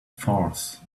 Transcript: farce